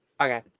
Okay